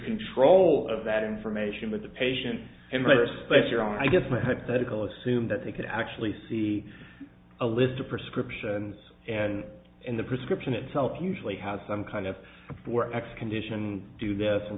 control of that information with the patient in layers but your own i guess my hypothetical assume that they could actually see a list of prescriptions and in the prescription itself usually has some kind of four x condition do this and